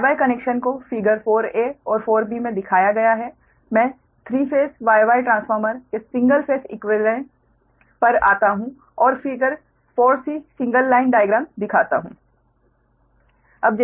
Y Y connection को figure 4 और 4 में दिखाया गया है मैं 3 फेस Y Y ट्रान्स्फ़ोर्मर के सिंगल फेस इक्वीवेलेंट पर आता हूँ और फिगर 4 सिंगल लाइन डाइग्राम दिखाता है